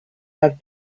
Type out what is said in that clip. have